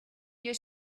your